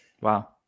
Wow